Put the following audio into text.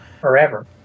Forever